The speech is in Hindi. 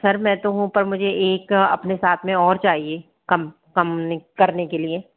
सर मैं तो हूँ पर मुझे एक अपने साथ में और चाहिये कम कम करने के लिए